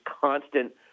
constant